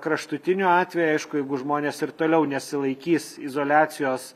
kraštutiniu atveju aišku jeigu žmonės ir toliau nesilaikys izoliacijos